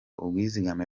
ubwizigame